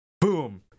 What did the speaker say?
boom